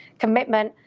commitment,